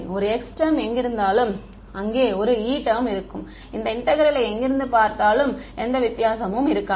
ஒரு χ டெர்ம் எங்கிருந்தாலும் அங்கே ஒரு E டெர்ம் இருக்கும் இந்த இன்டெக்ரலை எங்கிருந்து பார்த்தாலும் எந்த வித்தியாசமும் இருக்காது